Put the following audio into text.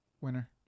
winner